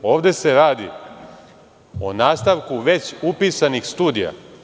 Ovde se radi o nastavku već upisanih studija.